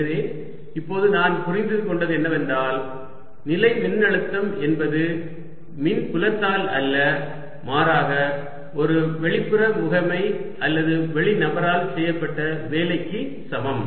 எனவே இப்போது நான் புரிந்து கொண்டது என்னவென்றால் நிலை மின்னழுத்தம் என்பது மின்புலத்தால் அல்ல மாறாக ஒரு வெளிப்புற முகமை அல்லது வெளி நபரால் செய்யப்பட்ட வேலைக்கு சமம்